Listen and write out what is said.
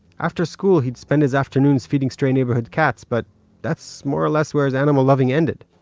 after school he'd spend his afternoons feeding stray neighborhood cats. but that's more or less where his animal loving ended.